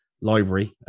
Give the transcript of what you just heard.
library